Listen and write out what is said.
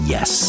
Yes